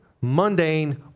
mundane